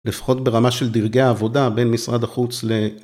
לפחות ברמה של דרגי העבודה בין משרד החוץ ל...